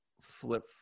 flip